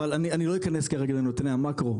אבל אני לא אכנס כרגע לנתוני המאקרו,